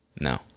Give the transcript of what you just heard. No